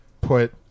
put